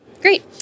Great